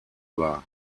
war